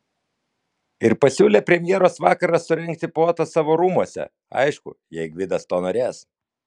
ir pasiūlė premjeros vakarą surengti puotą savo rūmuose aišku jei gvidas to norės